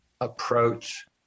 approach